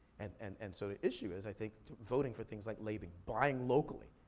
and and and so the issue is, i think, voting for things like label, buying locally,